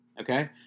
Okay